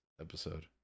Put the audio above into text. episode